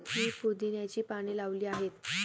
मी पुदिन्याची पाने लावली आहेत